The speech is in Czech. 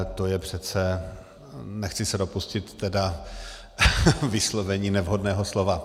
To je přece... nechci se dopustit tedy... vyslovení nevhodného slova.